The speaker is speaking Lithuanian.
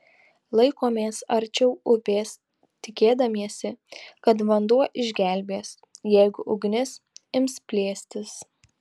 laikomės arčiau upės tikėdamiesi kad vanduo išgelbės jeigu ugnis ims plėstis